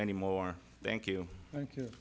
anymore thank you thank you